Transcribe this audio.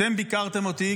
אתם ביקרתם אותי,